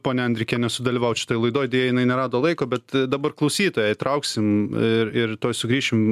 ponią andrikienę sudalyvaut šitoj laidoj deja jinai nerado laiko bet dabar klausytoją įtrauksim ir ir tuoj sugrįšim